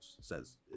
says